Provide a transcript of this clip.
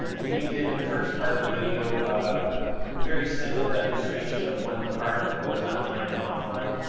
ah we did in the first part of the video a very simple demonstration of when the particle goes online and offline.